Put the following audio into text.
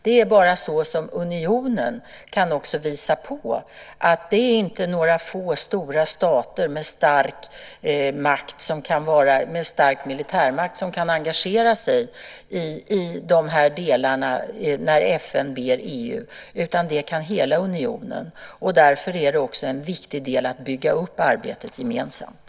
Det är endast så unionen kan visa att det inte bara är några få stora stater med en stark militärmakt som kan engagera sig när FN ber EU om det. Hela unionen kan engagera sig. Därför är det viktigt att bygga upp arbetet gemensamt.